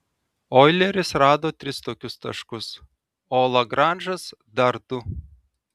oileris rado tris tokius taškus o lagranžas dar du